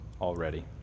already